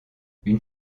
une